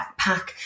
backpack